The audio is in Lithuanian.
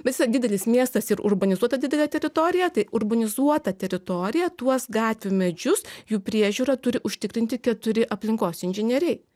visa didelis miestas ir urbanizuota didelė teritorija tai urbanizuota teritorija tuos gatvių medžius jų priežiūrą turi užtikrinti keturi aplinkos inžinieriai